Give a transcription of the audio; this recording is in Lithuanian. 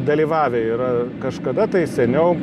dalyvavę yra kažkada tai seniau